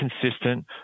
consistent